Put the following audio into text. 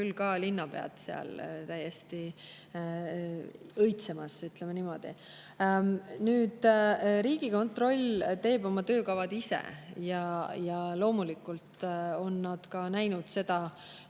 küll ka linnapead seal täiesti õitsemas, ütleme niimoodi. Riigikontroll teeb oma töökavad ise. Loomulikult on nad ka näinud seda